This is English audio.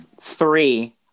Three